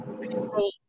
people